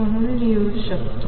म्हणून लिहू शकतो